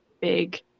big